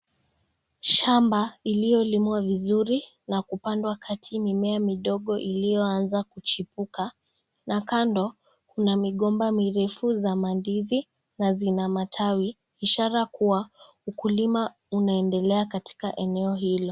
Shamba iliyolimwa vizuri na kupandwa kati mimea midogo iliyoanza kuchipuka na kando kuna migomba mirefu za mandizi na zina matawi ishara kuwa ukulima unaendelea katika eneo hilo.